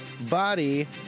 body